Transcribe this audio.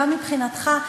גם מבחינתך,